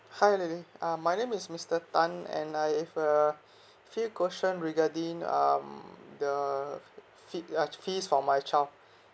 hi lily um my name is mister tan and I have a few question regarding um the fee uh fees for my child